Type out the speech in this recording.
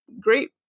great